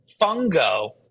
Fungo